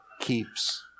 keeps